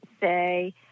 say